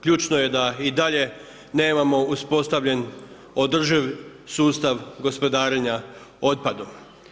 Ključno je da i dalje nemamo uspostavljen održiv sustav gospodarenja otpadom.